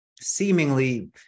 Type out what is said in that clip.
seemingly